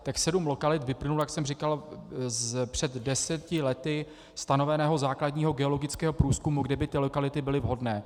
Těch sedm lokalit vyplynulo, jak jsem říkal, z před deseti lety stanoveného základního geologického průzkumu, kde by ty lokality byly vhodné.